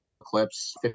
Eclipse